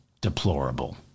deplorable